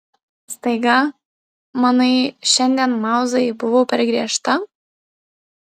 staiga manai šiandien mauzai buvau per griežta